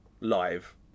live